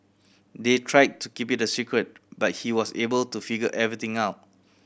they tried to keep it a secret but he was able to figure everything out